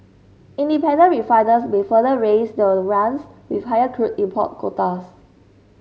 independent refiners may further raise their runs with higher crude import quotas